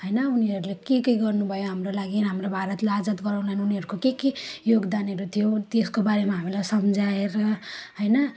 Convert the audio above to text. होइन उनीहरूले के के गर्नुभयो हाम्रो लागि हाम्रो भारतलाई आजाद गराउनुमा उनीहरूको के के योगदानहरू थियो त्यसको बारेमा हामीलाई सम्झाएर होइन